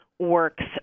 Works